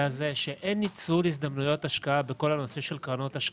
אין ניצול הזדמנויות השקעה בכל הנושא של קרנות השקעה.